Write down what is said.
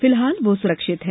फिलहाल वह सुरक्षित है